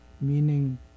meaning